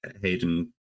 Hayden